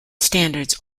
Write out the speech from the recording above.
standards